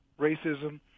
racism